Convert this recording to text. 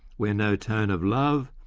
where no tone of love,